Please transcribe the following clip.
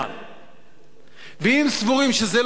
ואם סבורים שזה לא הזמן, זה לא הזמן.